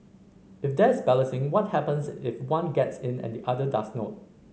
if there is balloting what happens if one gets in and the other does not